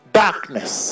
darkness